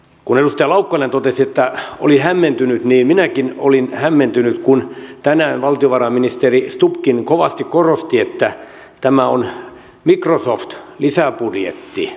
kun edustaja laukkanen totesi että oli hämmentynyt niin minäkin olin hämmentynyt kun tänään valtiovarainministeri stubbkin kovasti korosti että tämä on microsoft lisäbudjetti